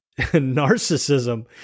narcissism